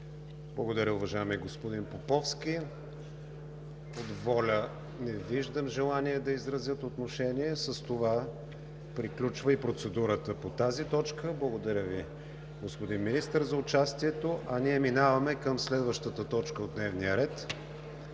Благодаря, уважаеми господин Поповски. От ВОЛЯ не виждам желание да изразят отношение. С това приключва и процедурата по тази точка. Благодаря Ви, господин Министър, за участието. Преминаваме към следващата точка от дневния ред: